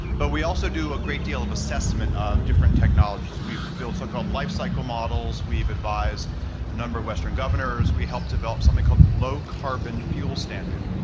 but we also do a great deal of assessment of different technologies. we've built so-called life cycle models, we've advised a number of western governors, we helped develop something called the low carbon fuel standard.